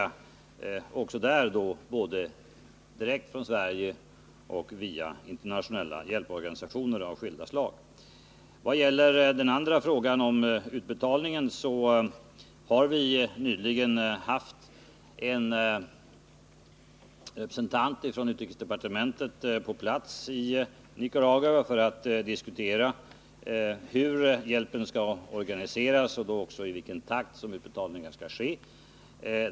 För det materiella stödet gäller att detta kan ges direkt från Sverige eller via internationella hjälporganisationer av skilda slag. Beträffande den andra frågan, om utbetalningen, är att säga att vi nyligen har haft en representant från utrikesdepartementet på plats i Nicaragua för att diskutera hur hjälpen skall organiseras och i vilken takt utbetalningen skall ske.